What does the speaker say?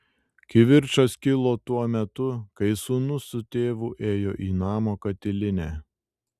kivirčas kilo tuo metu kai sūnus su tėvu ėjo į namo katilinę